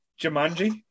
Jumanji